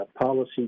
policy